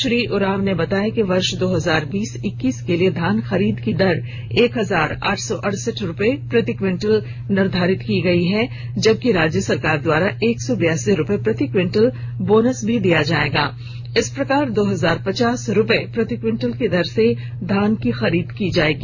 श्री उरांव ने बताया कि वर्ष दो हजार बीस इक्कीस के लिए धान खरीद की दर एक हजार आठ सौ अड़सठ रुपये प्रति क्विंटल निर्धारित की गयी है जबकि राज्य सरकार द्वारा एक सौ बिरासी रुपये प्रति क्विंटल बोनस भी दिया जाएगा इस प्रकार दो हजार पचास रुपये प्रति क्विंटल की दर से धान की खरीद की जाएगी